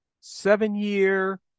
seven-year